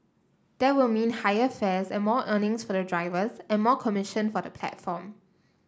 there would mean higher fares and more earnings for the drivers and more commission for the platform